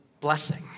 blessing